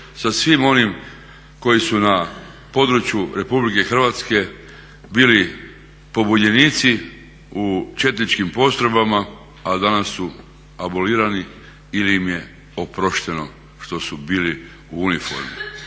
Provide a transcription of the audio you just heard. sa svima onima koji su na području RH bili pobunjenici u četničkim postrojbama, a danas su abolirani ili im je oprošteno što su bili u uniformi.